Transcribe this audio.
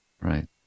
Right